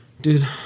Dude